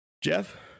Jeff